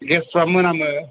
गेसफोरा मोनामो